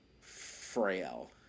frail